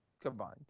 Combined